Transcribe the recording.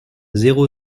zéro